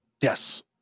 yes